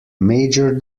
major